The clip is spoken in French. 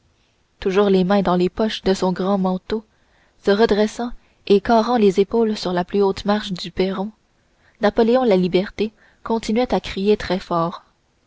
toujours les mains dans les poches de son grand manteau se redressant et carrant les épaules sur la plus haute marche du perron napoléon laliberté continuait à crier très fort